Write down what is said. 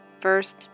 First